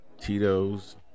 tito's